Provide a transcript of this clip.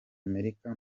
amerika